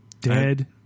Dead